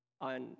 on